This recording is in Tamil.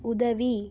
உதவி